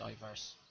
diverse